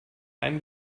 ein